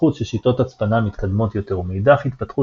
- התפתחות של שיטות הצפנה מתקדמות יותר ומאידך התפתחות